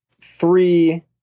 three